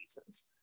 reasons